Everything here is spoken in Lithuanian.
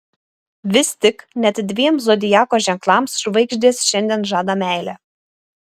vis tik net dviem zodiako ženklams žvaigždės šiandien žadą meilę